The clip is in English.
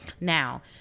Now